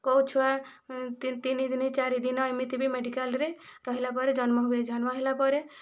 କେଉଁ ଛୁଆ ତିନ ଦିନ ଚାରି ଦିନ ଏମିତି ବି ମେଡ଼ିକାଲରେ ରହିଲା ପରେ ଜନ୍ମ ହୁଏ ଜନ୍ମ ହେଲା ପରେ